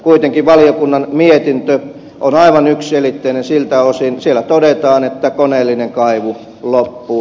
kuitenkin valiokunnan mietintö on aivan yksiselitteinen siltä osin siellä todetaan että koneellinen kaivu loppuu